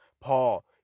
Paul